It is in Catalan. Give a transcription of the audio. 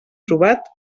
trobat